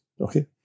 okay